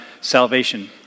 salvation